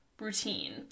routine